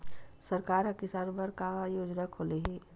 सरकार ह किसान बर का योजना खोले हे?